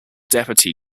deputy